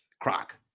Croc